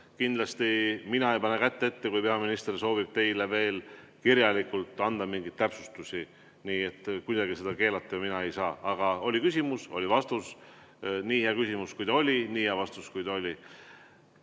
Kindlasti mina ei pane kätt ette, kui peaminister soovib teile veel kirjalikult anda mingeid täpsustus. Mina kuidagi seda keelata ei saa. Aga oli küsimus, oli vastus – nii hea küsimus, kui ta oli, nii hea vastus, kui ta oli.